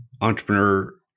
entrepreneur